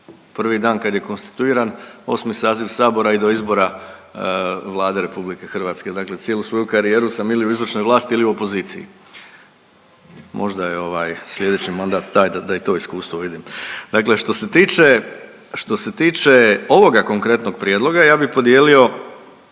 prvi dan kad je konstituiran 8. saziv Sabora i do izbora Vlade Republike Hrvatske. Dakle, cijelu svoju karijeru sam ili u izvršnoj vlasti ili u opoziciji. Možda je sljedeći mandat taj da i to iskustvo vidim. Dakle, što se tiče ovoga konkretnog prijedloga ja bih podijelio